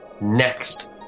Next